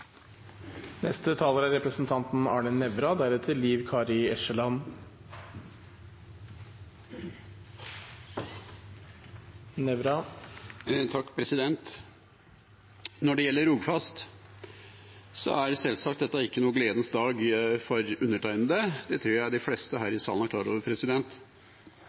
Når det gjelder Rogfast, er dette sjølsagt ikke noen gledens dag for undertegnede. Det tror jeg de fleste her i salen er klar over.